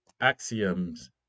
axioms